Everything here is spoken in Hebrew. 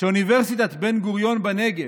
שאוניברסיטת בן-גוריון בנגב,